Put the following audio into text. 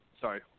sorry